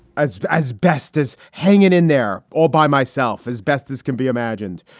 as as best as hanging in there all by myself, as best as can be imagined.